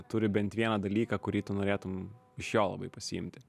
turi bent vieną dalyką kurį tu norėtum iš jo labai pasiimti